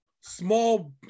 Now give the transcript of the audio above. small